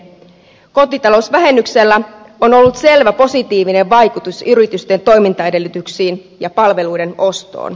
kotitalousvähennyksellä on ollut selvä positiivinen vaikutus yritysten toimintaedellytyksiin ja palveluiden ostoon